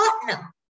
partner